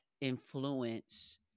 influence